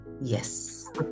yes